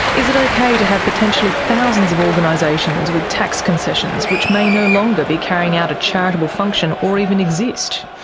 is it okay to have potentially thousands of organisations with tax concessions which may no longer be carrying out a charitable function or even exist?